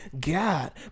God